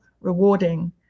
rewarding